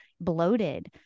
bloated